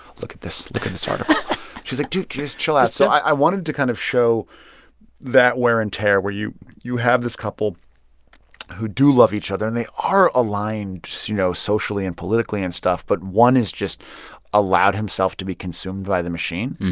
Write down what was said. look at this. look at this article she's, like, dude, can you just chill out? so i wanted to kind of show that wear and tear where you you have this couple who do love each other, and they are aligned, you know, socially and politically and stuff, but one has just allowed himself to be consumed by the machine,